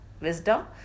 wisdom